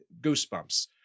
goosebumps